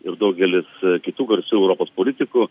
ir daugelis kitų garsių europos politikų